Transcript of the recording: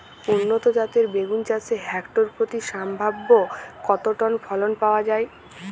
উন্নত জাতের বেগুন চাষে হেক্টর প্রতি সম্ভাব্য কত টন ফলন পাওয়া যায়?